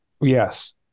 Yes